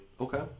Okay